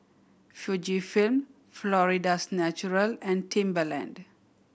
Fujifilm Florida's Natural and Timberland